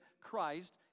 Christ